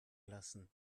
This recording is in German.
lassen